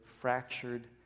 fractured